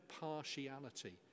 partiality